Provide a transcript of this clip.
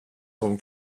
darum